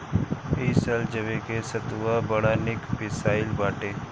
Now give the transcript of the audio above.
इ साल जवे के सतुआ बड़ा निक पिसाइल बाटे